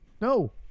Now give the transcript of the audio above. No